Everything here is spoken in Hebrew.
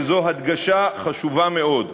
וזו הדגשה חשובה מאוד: